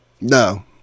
No